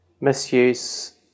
misuse